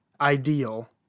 ideal